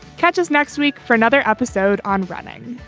catch us next week for another episode on running